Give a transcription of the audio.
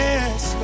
Yes